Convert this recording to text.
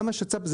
גם השצ"פ,